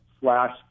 slash